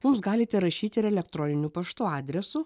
mums galite rašyti ir elektroniniu paštu adresu